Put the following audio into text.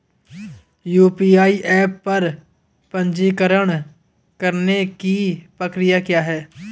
UPI app पर पंजीकरण करने की प्रक्रिया क्या है?